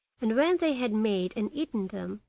and when they had made and eaten them,